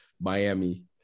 Miami